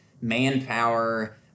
manpower